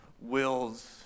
wills